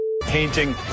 ...painting